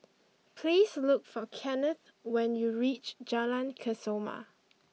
please look for Kennith when you reach Jalan Kesoma